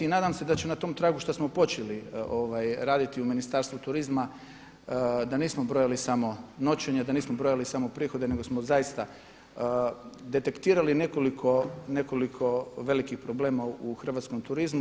I nadam se da će na tom tragu što smo počeli raditi u Ministarstvu turizma da nismo brojali samo noćenja, da nismo brojili samo prihode nego smo zaista detektirali nekoliko velikih problema u hrvatskom turizmu.